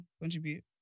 contribute